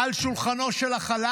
על שולחנו של החלל.